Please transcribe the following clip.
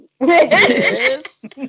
Yes